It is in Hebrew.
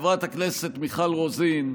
חברת הכנסת מיכל רוזין,